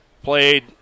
Played